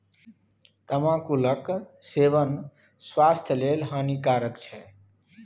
तमाकुलक सेवन स्वास्थ्य लेल हानिकारक छै